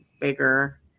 bigger